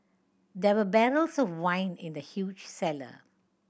there were barrels of wine in the huge cellar